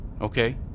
Okay